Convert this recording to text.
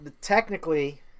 Technically